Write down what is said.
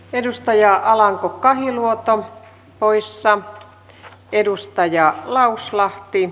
edustaja hallan kukka nuotto poissa edustaja lauslahti